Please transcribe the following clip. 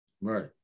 right